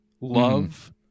love